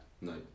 No